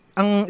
ang